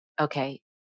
Okay